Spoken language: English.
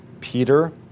Peter